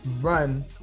run